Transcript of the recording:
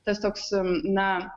tas toks na